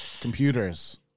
computers